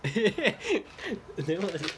then what is it